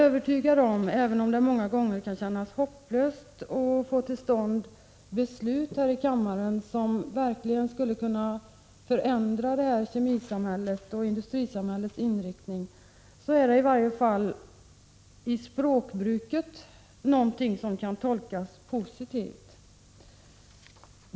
Även om det många gånger kan kännas hopplöst att få till stånd beslut här i kammaren som verkligen skulle kunna förändra kemisamhällets och industrisamhällets inriktning, finns det i alla fall i språkbruket något som kan tolkas positivt.